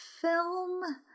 film